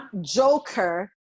Joker